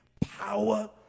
power